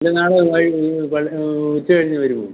അല്ലേ നാളെ വൈകിട്ട് നിങ്ങൾ പള്ളി ഉച്ച കഴിഞ്ഞ് വരുവോ